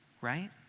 Right